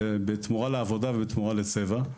בתמורה לעבודה ובתמורה לצבע,